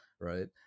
right